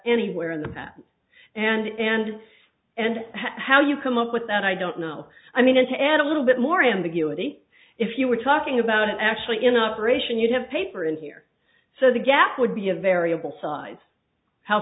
anywhere in the path and and how you come up with that i don't know i mean to add a little bit more ambiguity if you were talking about actually in operation you have paper in here so the gap would be a variable size how